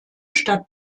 stadt